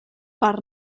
per